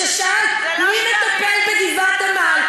כששאלת: מי מטפל בגבעת-עמל?